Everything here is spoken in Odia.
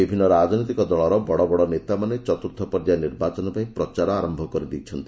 ବିଭିନ୍ନ ରାଜନୈତିକ ଦଳର ବଡ଼ବଡ଼ ନେତାମାନେ ଚତୁର୍ଥ ପର୍ଯ୍ୟାୟ ନିର୍ବାଚନ ପାଇଁ ପ୍ରଚାର ଆରମ୍ଭ କରିଦେଇଛନ୍ତି